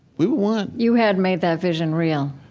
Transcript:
we were one you had made that vision real